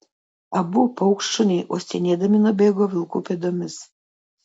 abu paukštšuniai uostinėdami nubėgo vilkų pėdomis